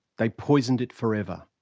they poisoned it forever.